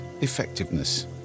effectiveness